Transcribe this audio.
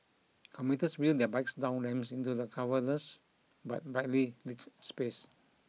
commuters wheel their bikes down ramps into the cavernous but brightly lit space